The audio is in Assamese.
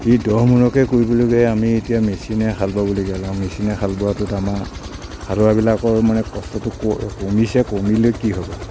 এই দহ মোনকৈ কৰিবলৈ গৈ আমি এতিয়া মেছিনে হাল বাবলগীয়া হ'ল আৰু মেছিনে হাল বোৱাটো এটা আমাৰ হালোৱাবিলাকৰ মানে কষ্টটো ক কমিছে কমিলে কি হ'ব